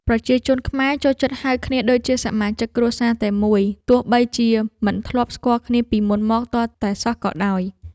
ប្រជាជនខ្មែរចូលចិត្តហៅគ្នាដូចជាសមាជិកគ្រួសារតែមួយទោះបីជាមិនធ្លាប់ស្គាល់គ្នាពីមុនមកទាល់តែសោះក៏ដោយ។